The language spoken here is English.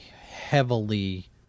heavily